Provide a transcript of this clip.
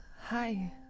hi